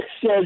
says